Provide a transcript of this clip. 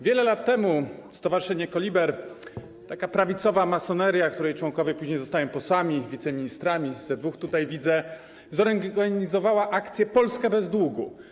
Wiele lat temu Stowarzyszenie KoLiber - taka prawicowa masoneria, której członkowie później zostają posłami, wiceministrami, ze dwóch tutaj widzę - zorganizowało akcję „Polska bez długu”